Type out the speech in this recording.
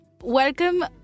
Welcome